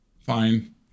fine